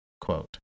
quote